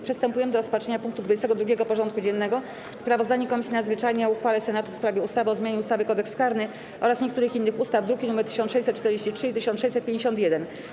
Przystępujemy do rozpatrzenia punktu 22. porządku dziennego: Sprawozdanie Komisji Nadzwyczajnej o uchwale Senatu w sprawie ustawy o zmianie ustawy - Kodeks karny oraz niektórych innych ustaw (druki nr 1643 i 1651)